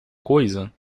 coisa